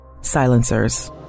Silencers